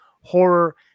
horror